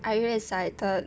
are you excited